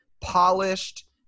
polished